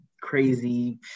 crazy